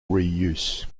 reuse